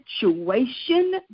situation